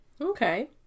Okay